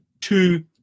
two